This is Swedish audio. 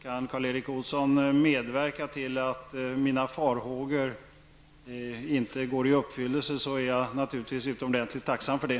Kan Karl Erik Olsson medverka till att mina farhågor inte går i uppfyllelse är jag naturligtvis utomordentligt tacksam för det.